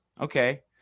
okay